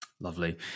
Lovely